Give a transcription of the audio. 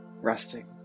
resting